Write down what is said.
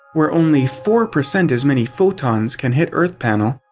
where only four percent as many photons can hit earth panel,